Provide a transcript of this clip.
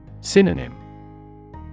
Synonym